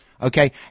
okay